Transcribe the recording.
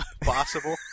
possible